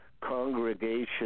Congregation